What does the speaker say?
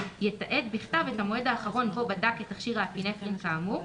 ויתעד בכתב את המועד האחרון בו בדק את תכשיר האפינפרין כאמור,